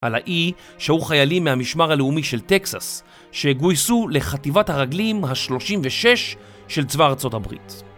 על האי שהו חיילים מהמשמר הלאומי של טקסס שגויסו לחטיבת הרגלים ה-36 של צבא ארה״ב